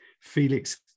Felix